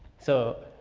so,